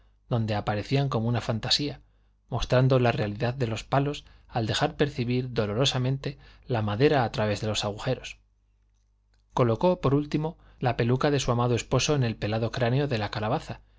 donde aparecían como una fantasía mostrando la realidad de los palos al dejar percibir dolorosamente la madera a través de los agujeros colocó por último la peluca de su amado esposo en el pelado cráneo de la calabaza